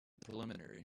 preliminary